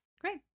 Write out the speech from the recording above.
Great